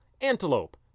antelope